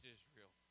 Israel